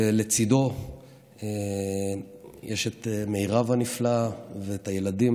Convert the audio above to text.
לצידו יש את מירב הנפלאה ואת הילדים,